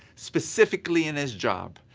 specifically, in his job.